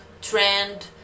trend